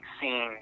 scene